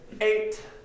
Eight